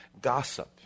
Gossip